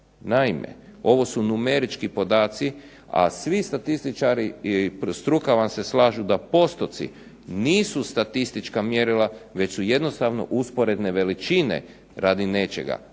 naime ovo su numerički podaci, a svi statističari i struka vam se slažu da postotci nisu statistička mjerila već su jednostavno usporedne veličine radi nečega.